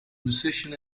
musician